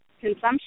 consumption